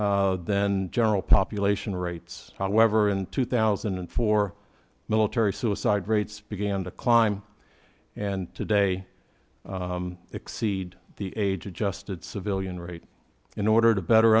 then general population rates however in two thousand and four military suicide rates began to climb and today exceed the age of just a civilian rate in order to better